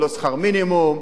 ולא שכר מינימום,